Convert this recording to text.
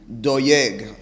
doeg